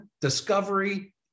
Discovery